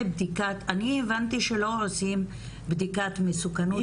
אני הבנתי שלא עושים בדיקת מסוכנות בעת אשפוז.